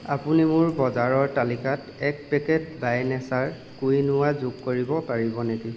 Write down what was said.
আপুনি মোৰ বজাৰৰ তালিকাত এক পেকেট বাই নেচাৰ কুইনোৱা যোগ কৰিব পাৰিব নেকি